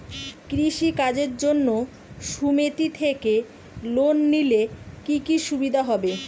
কৃষি কাজের জন্য সুমেতি থেকে লোন নিলে কি কি সুবিধা হবে?